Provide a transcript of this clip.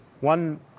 One